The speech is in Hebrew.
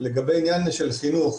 לגבי עניין של חינוך.